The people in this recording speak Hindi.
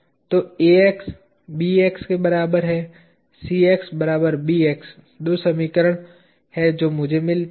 तो Ax Bx के बराबर है Cx बराबर Bx दो समीकरण हैं जो मुझे मिलते हैं